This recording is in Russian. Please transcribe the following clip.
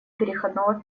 переходного